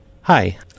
Hi